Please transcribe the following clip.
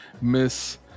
Miss